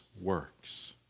works